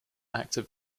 active